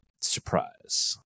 surprise